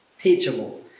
Teachable